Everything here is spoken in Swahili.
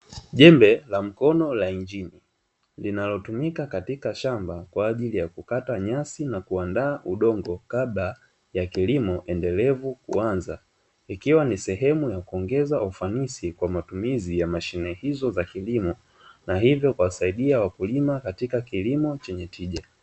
Jembe la mkono la injini linalotumika katika shamba kwajili ya kukata nyasi na kuandaa udongo kabla ya kilimo endelevu kuanza, ikiwa ni sehemu ya kuongeza ufanisi kwa matumizi ya mashine hizo za kilimo na hivyo kuwasaidia wakulima katika kilimo chenye tija.